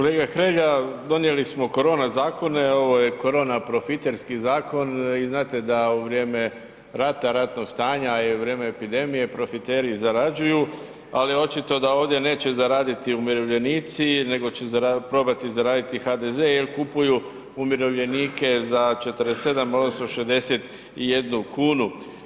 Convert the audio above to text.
Kolega Hrelja, donijeli smo korona zakone, ovo je korona profiterski zakon i znate da u vrijeme rata, ratnog stanja, u vrijeme epidemije profiteri zarađuju ali očito da ovdje neće zaraditi umirovljenici nego će probati zaraditi HDZ jer kupuju umirovljenike za 47 odnosno 61 kunu.